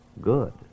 good